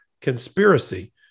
conspiracy